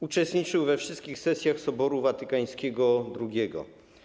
Uczestniczył we wszystkich sesjach Soboru Watykańskiego II.